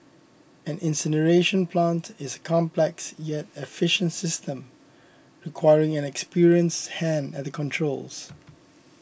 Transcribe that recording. an incineration plant is a complex yet efficient system requiring an experienced hand at the controls